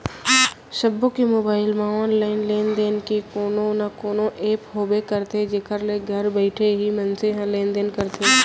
सबो के मोबाइल म ऑनलाइन लेन देन के कोनो न कोनो ऐप होबे करथे जेखर ले घर बइठे ही मनसे ह लेन देन करथे